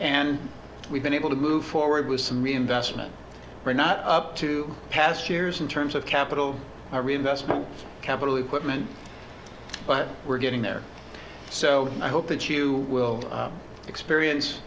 and we've been able to move forward with some reinvestment we're not up to past years in terms of capital or reinvestment capital equipment but we're getting there so i hope that you will experience